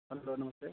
hello नमस्ते